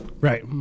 Right